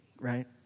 right